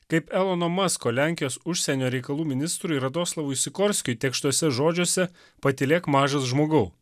kaip elono masko lenkijos užsienio reikalų ministrui radoslavui sikorskiui tėkštuose žodžiuose patylėk mažas žmogau